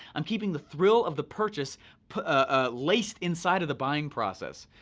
i'm keeping the thrill of the purchase ah laced inside of the buying process.